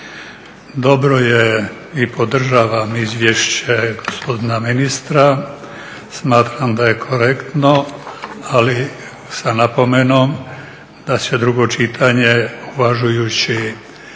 Dobro je i podržavam izvješće gospodina ministra, smatram da je korektno ali sa napomenom da se drugo čitanje uvažavajući